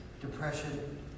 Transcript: depression